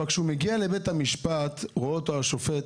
אבל כשהוא מגיע לבית המשפט, רואה אותו השופט